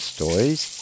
Stories